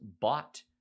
bought